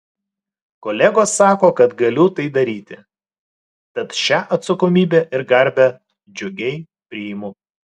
kolegos sako kad galiu tai daryti tad šią atsakomybę ir garbę džiugiai priimu